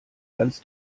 ganz